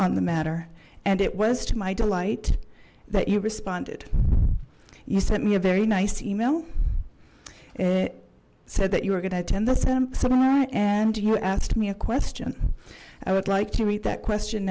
on the matter and it was to my delight that you responded you sent me a very nice email it said that you were gonna attend this seminar and you asked me a question i would like to read that question